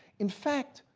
in fact,